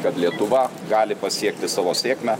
kad lietuva gali pasiekti savo sėkmę